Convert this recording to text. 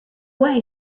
way